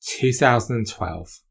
2012